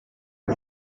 and